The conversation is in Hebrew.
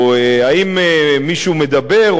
או האם מישהו מדבר,